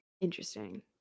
interesting